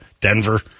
Denver